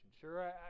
Sure